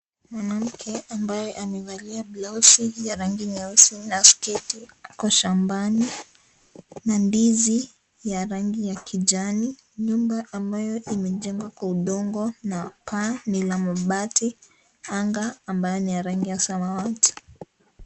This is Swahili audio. Mwanamke ambaye amevalia blausi ya rangi nyeusi na sketi, yuko shambani na ndizi ya rangi ya kijani. Nyumba ambayo imejengwa kwa udongo na paa ni la mabati. Anga ambayo ni ya rangi ya samawati.